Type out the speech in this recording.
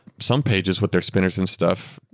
some pages with their spinners and stuff,